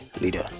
leader